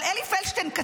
אבל אלי פלדשטיין,